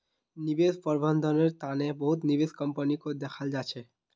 निवेश प्रबन्धनेर तने बहुत निवेश कम्पनीको दखाल जा छेक